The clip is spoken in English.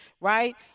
Right